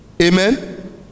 Amen